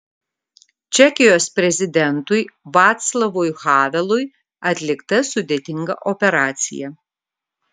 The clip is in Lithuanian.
čekijos prezidentui vaclavui havelui atlikta sudėtinga operacija